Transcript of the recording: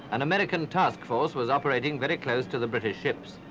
an american task force was operating very close to the british ships.